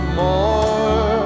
more